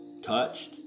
touched